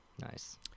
nice